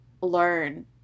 learn